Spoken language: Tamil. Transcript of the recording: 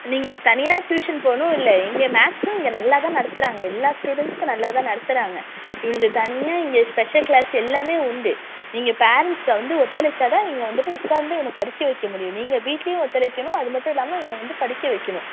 நீங்கள் தனியாக ட்யூஷன் போகணும் இல்லை இங்கே மேக்ஸும் இங்கே நல்லா தான் நடத்துகிறாங்க எல்லா ஸ்டூடெண்ஸுக்கும் நல்லா தான் நடத்துகிறாங்க இவனுக்கு தனியாக இங்கே ஸ்பெஷல் க்ளாஸ் எல்லாமே உண்டு நீங்கள் பேரெண்ட்ஸ் வந்து ஒத்துழைச்சா தான் நீங்கள் வந்துட்டு உட்கார்ந்து இவனை படிக்க வெக்க முடியும் நீங்கள் வீட்லையும் ஒத்துழைக்கணும் அது மட்டும் இல்லாமல் இவனை வந்து படிக்க வெக்கணும்